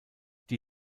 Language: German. die